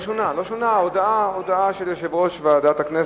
אנחנו נוסיף גם את הצבעתו של חבר הכנסת,